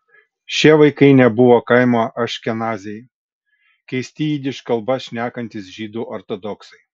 šie vaikai nebuvo kaimo aškenaziai keisti jidiš kalba šnekantys žydų ortodoksai